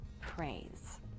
praise